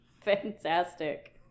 Fantastic